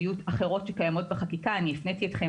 להוציא הנחיה לרשויות המקומיות על כך שהנחיית היועץ המשפטי